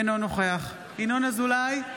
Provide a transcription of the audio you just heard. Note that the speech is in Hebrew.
אינו נוכח ינון אזולאי,